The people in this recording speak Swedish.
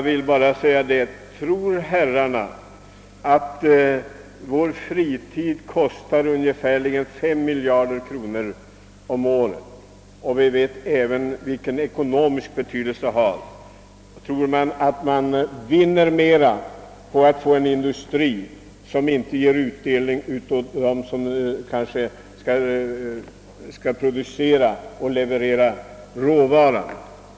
Vår fritid kostar ungefär 5 miljarder kronor om året. Vi vet vilken ekonomisk betydelse fritidslivet har. Tror herrarna att man vinner mera på att få en industri som skall leverera en råvara men som inte ger någon utdelning åt skogsägarna?